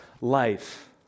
life